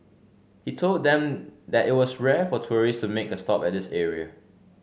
he told them that it was rare for tourists to make a stop at this area